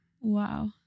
Wow